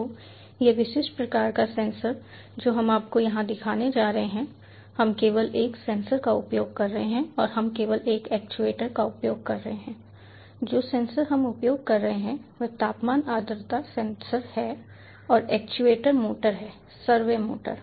तो यह विशिष्ट प्रकार का सेंसर जो हम आपको यहां दिखाने जा रहे हैं हम केवल एक सेंसर का उपयोग कर रहे हैं और हम केवल एक एक्चुएटर का उपयोग कर रहे हैं जो सेंसर हम उपयोग कर रहे हैं वह तापमान आर्द्रता सेंसर है और एक्चुएटर मोटर है सर्वे मोटर